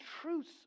truths